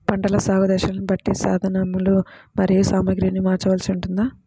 పంటల సాగు దశలను బట్టి సాధనలు మరియు సామాగ్రిని మార్చవలసి ఉంటుందా?